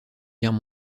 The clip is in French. guerre